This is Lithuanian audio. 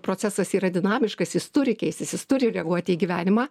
procesas yra dinamiškas jis turi keistis jis turi reaguoti į gyvenimą